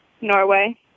Norway